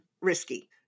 risky